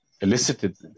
elicited